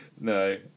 No